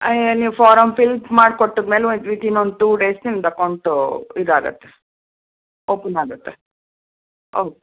ನೀವು form fill ಮಾಡ್ಕೊಟ್ಟಾದ ಮೇಲೆ ವಿಥಿನ್ ಒಂದು ಟೂ ಡೇಸ್ ನಿಮ್ಮದು ಅಕೌಂಟೂ ಇದಾಗತ್ತೆ ಓಪನ್ ಆಗತ್ತೆ ಹೌದು